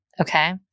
Okay